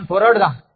మనం పోరాడుదాం